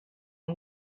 him